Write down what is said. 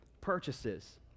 purchases